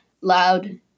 loud